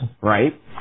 right